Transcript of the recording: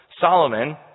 Solomon